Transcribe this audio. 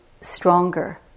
stronger